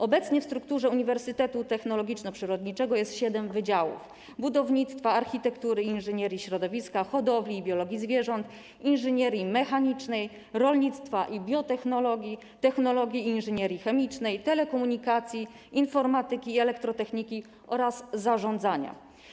Obecnie w strukturze Uniwersytetu Technologiczno-Przyrodniczego jest siedem wydziałów: budownictwa, architektury i inżynierii środowiska, hodowli i biologii zwierząt, inżynierii mechanicznej, rolnictwa i biotechnologii, technologii i inżynierii chemicznej, telekomunikacji, informatyki i elektrotechniki oraz zarządzania.